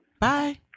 Bye